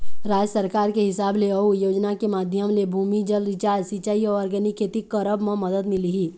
राज सरकार के हिसाब ले अउ योजना के माधियम ले, भू जल रिचार्ज, सिंचाई अउ आर्गेनिक खेती करब म मदद मिलही